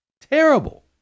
Terrible